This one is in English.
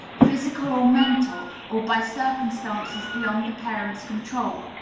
physical or mental, or by circumstances beyond the parent's control.